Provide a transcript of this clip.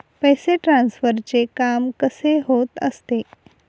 पैसे ट्रान्सफरचे काम कसे होत असते?